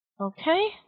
Okay